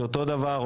שאותו דבר,